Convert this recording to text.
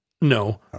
no